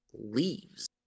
leaves